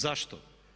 Zašto?